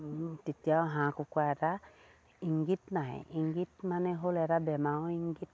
তেতিয়াও হাঁহ কুকুৰা এটা ইংগিত নাহে ইংগিত মানে হ'ল এটা বেমাৰৰ ইংগিত